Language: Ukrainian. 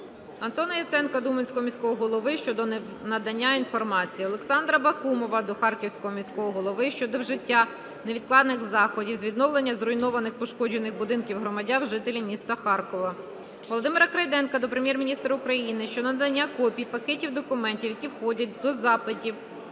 Антона Яценка до Уманського міського голови щодо надання інформації. Олександра Бакумова до Харківського міського голови щодо вжиття невідкладних заходів з відновлення зруйнованих (пошкоджених) будинків громадян - жителів міста Харкова. Володимира Крейденка до Прем'єр-міністра України щодо надання копій пакетів документів, які входять до запитів